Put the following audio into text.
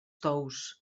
tous